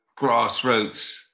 grassroots